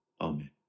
Amen